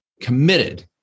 committed